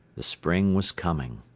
the spring was coming.